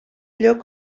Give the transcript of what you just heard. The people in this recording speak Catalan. lloc